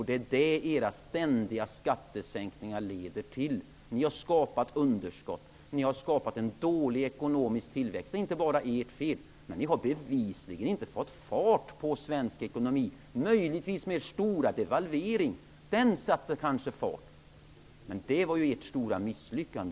Det är detta era ständiga skattesänkningar leder till. Ni har skapat underskott och en dålig ekonomisk tillväxt. Det är inte bara ert fel. Men ni har bevisligen inte fått fart på svensk ekonomi. Er stora devalvering satte möjligen fart på ekonomin, men det var ju ert stora misslyckande.